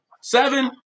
seven